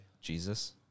Jesus